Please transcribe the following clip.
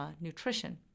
nutrition